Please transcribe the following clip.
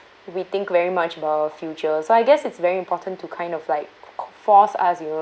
we think very much about our future so I guess it's very important to kind of like force us you know